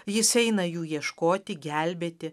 jis eina jų ieškoti gelbėti